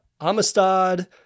Amistad